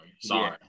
sorry